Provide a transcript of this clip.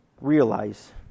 realize